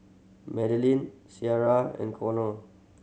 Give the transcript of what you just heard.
Madelynn Ciarra and Conner